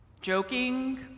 joking